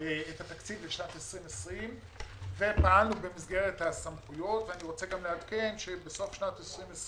לשנת 2020. אני רוצה לעדכן שבסוף שנת 2020